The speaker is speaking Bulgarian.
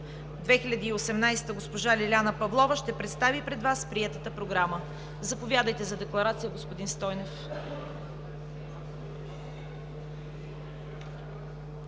2018 г., госпожа Лиляна Павлова ще представи пред Вас приетата Програма. Заповядайте за декларация, господин Стойнев.